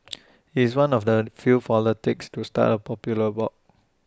he's one of the first few politicians to start A popular blog